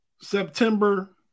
September